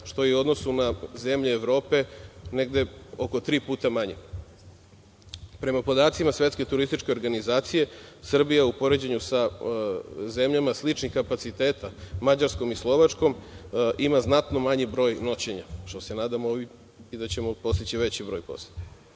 što je i u odnosu na zemlje Evrope negde oko tri puta manje. Prema podacima Svetske turističke organizacije, Srbija je u poređenju sa zemljama sličnih kapaciteta, Mađarskom i Slovačkom, ima znatno manji broj noćenja. Nadamo se da ćemo postići veći broj poseta.U